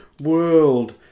world